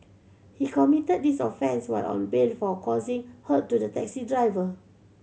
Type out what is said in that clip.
he committed this offence while on bail for causing hurt to the taxi driver